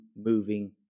moving